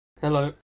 Hello